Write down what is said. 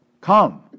come